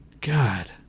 God